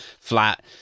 flat